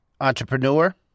Entrepreneur